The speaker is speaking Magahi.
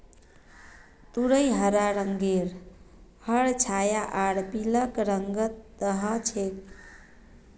तुरई हरा रंगेर हर छाया आर पीलक रंगत ह छेक